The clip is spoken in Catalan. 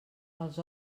els